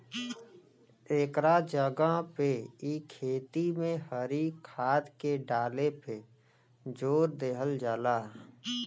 एकरा जगह पे इ खेती में हरी खाद के डाले पे जोर देहल जाला